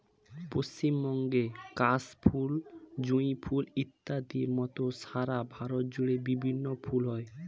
পশ্চিমবঙ্গের কাশ ফুল, জুঁই ফুল ইত্যাদির মত সারা ভারত জুড়ে বিভিন্ন ফুল হয়